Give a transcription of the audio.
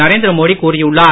நரேந்திர மோடி கூறியுள்ளார்